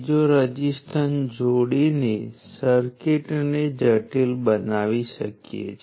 તેથી રઝિસ્ટર હંમેશા એનર્જી શોષી લે છે તે ક્યારેય કોઈ એનર્જી ડીલીવર કરી શકતું નથી